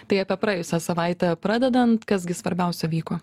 tai apie praėjusią savaitę pradedant kas gi svarbiausia vyko